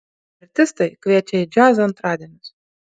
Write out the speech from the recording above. artistai kviečia į džiazo antradienius